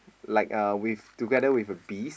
like a with together with a bees